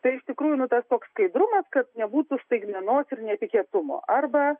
tai iš tikrųjų nu tas toks skaidrumas kad nebūtų staigmenos ir netikėtumo arba